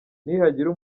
nihagira